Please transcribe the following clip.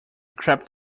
crept